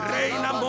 Reina